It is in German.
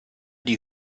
die